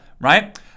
right